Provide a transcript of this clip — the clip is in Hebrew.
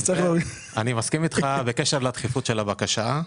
אני מסכים איתך בקשר לדחיפות של הבקשה.